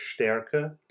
Stärke